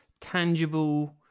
tangible